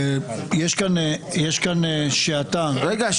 יש כאן שעטה --- רגע,